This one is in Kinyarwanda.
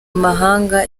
amahanga